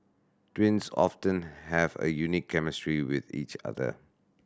twins often have a unique chemistry with each other